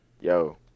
yo